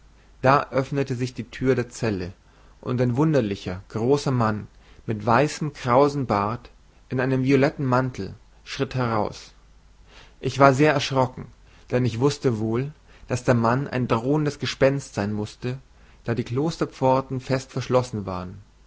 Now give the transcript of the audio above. da öffnete sich die türe der zelle und ein wunderlicher großer mann mit weißem krausen bart in einem violetten mantel schritt heraus ich war sehr erschrocken denn ich wußte wohl daß der mann ein drohendes gespenst sein mußte da die klosterpforten fest verschlossen waren